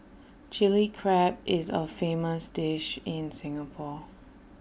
Chilli Crab is A famous dish in Singapore